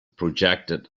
projected